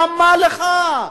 למה לך?